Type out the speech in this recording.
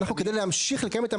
זה דבר שאנחנו נבחן אותו עת